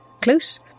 close